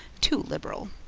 too liberal.